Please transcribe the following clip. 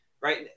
Right